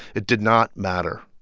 it did not matter.